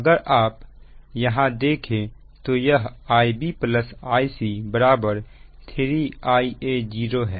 अगर आप यहां देखें तो यह Ib Ic 3Ia0 है